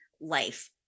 life